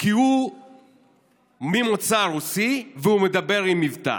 כי הוא ממוצא רוסי והוא מדבר עם מבטא.